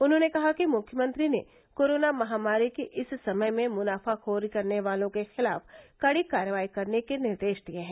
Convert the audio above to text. उन्होंने कहा कि मुख्यमंत्री ने कोरोना महामारी के इस समय में मनाफाखोरी करने वालों के खिलाफ कही कार्रवाई करने के निर्देश दिए हैं